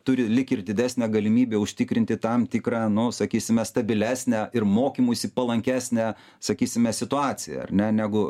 turi lyg ir didesnę galimybę užtikrinti tam tikrą nu sakysime stabilesnę ir mokymuisi palankesnę sakysime situaciją ar ne negu